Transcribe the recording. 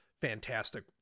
fantastic